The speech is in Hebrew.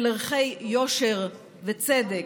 של ערכי יושר וצדק.